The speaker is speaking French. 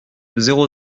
zéro